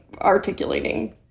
articulating